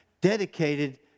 dedicated